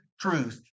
truth